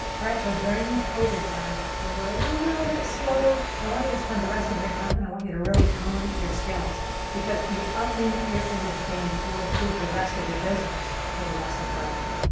all right, so during these covid times, when we're a little bit slow, i want you to spend the rest of your time, and i want you to really hone your skills because you upping your image game will improve the rest of your business for the rest of forever.